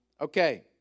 Okay